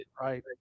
right